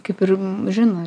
kaip ir žino